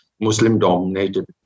Muslim-dominated